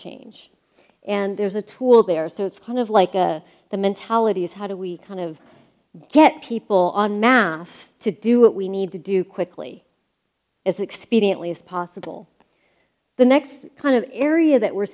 change and there's a tool there so it's kind of like a the mentality is how do we kind of get people on math to do what we need to do quickly as expediently as possible the next kind of area that we're